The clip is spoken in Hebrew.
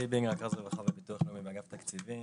עלי בינג, רכז רווחה וביטוח לאומי באגף תקציבים.